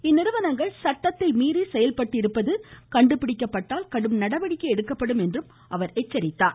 இந்நிறுவனங்கள் சட்டத்தை மீறி செயல்பட்டிருப்பது கண்டுபிடிக்கப்பட்டால் கடும் நடவடிக்கை எடுக்கப்படும் என்றும் எச்சரித்தார்